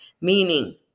meaning